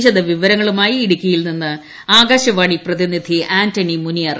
വിശദവിവരങ്ങളുമായി ഇടുക്കിയിൽ നിന്ന് ആകാശവാണി പ്രതിനിധി ആന്റണി മുനിയറ